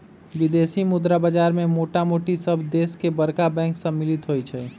विदेशी मुद्रा बाजार में मोटामोटी सभ देश के बरका बैंक सम्मिल होइ छइ